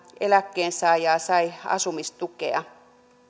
eläkkeensaajaa sai asumistukea